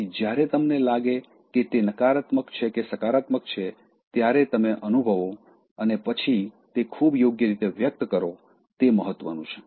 તેથી જ્યારે તમને લાગે કે તે નકારાત્મક છે કે સકારાત્મક છે ત્યારે તમે તે અનુભવો અને પછી તે ખૂબ યોગ્ય રીતે વ્યક્ત કરો તે મહત્વનુ છે